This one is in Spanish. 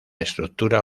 estructura